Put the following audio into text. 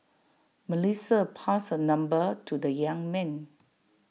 Melissa passed her number to the young man